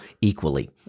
equally